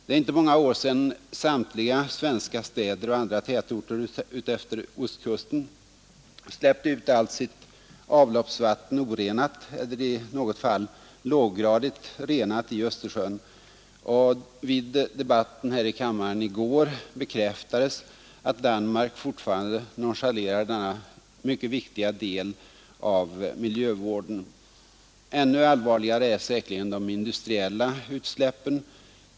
Det är inte många år sedan samtliga svenska städer och andra tätorter utefter ostkusten släppte ut allt sitt avloppsvatten orenat eller i något fall låggradigt renat i Östersjön, och vid debatten här i kammaren i går bekräftades att Danmark fortfarande nonchalerar denna mycket viktiga del av miljövården. Ännu allvarligare är säkerligen de industriella utsläppen.